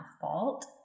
fault